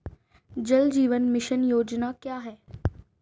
जल जीवन मिशन योजना क्या है?